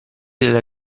della